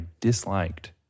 disliked